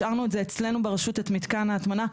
השארנו את זה אצלנו ברשות, את מתקן ההטמנה.